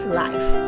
life